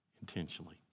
intentionally